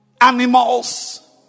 animals